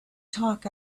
talk